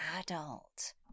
adult